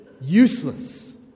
useless